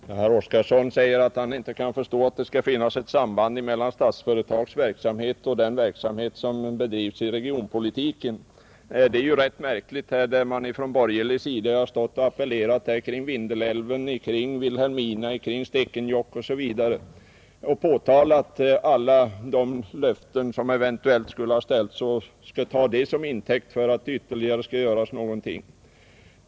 Herr talman! Herr Oskarson säger att han inte kan förstå att det skall råda ett samband mellan Statsföretags verksamhet och den verksamhet som bedrivs inom regionpolitiken, Det är ju rätt märkligt här, där man från borgerligt håll har appellerat till Vindelälven, Vilhelmina och Stekenjokk osv., påtalat alla de löften som eventuellt skulle ha ställts och tagit det som intäkt för att ytterligare någonting skulle göras.